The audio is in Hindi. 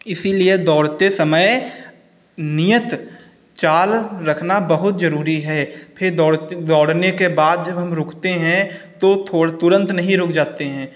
इसीलिए दौड़ते समय नियत चाल रखना बहुत ज़रूरी है फिर दौड़ते दौड़ने के बाद जब हम रुकते हैं तो थोड़ा तुरंत नहीं रुक जाते हैं